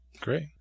Great